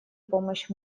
помощь